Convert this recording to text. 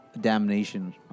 Damnation